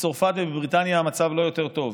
בצרפת ובבריטניה המצב לא יותר טוב.